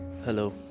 Hello